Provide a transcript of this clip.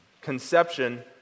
conception